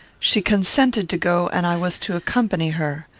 she consented to go, and i was to accompany her.